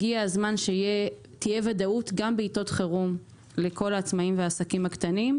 הגיע הזמן שתהיה ודאות לכלל העצמאים והעסקים הקטנים גם בעיתות חירום,